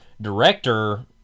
Director